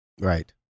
Right